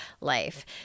life